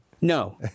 no